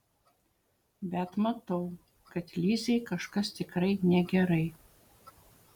bet matau kad lizei kažkas tikrai negerai